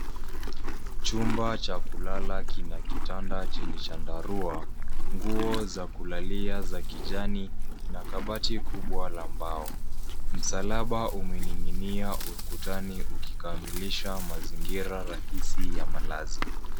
Chumba cha kulala kina kitanda chenye chandarua, nguo za kulalia za kijani na kabati kubwa la mbao. Msalaba umening'inia ukutani ukikamilisha mazingira rahisi ya malazi.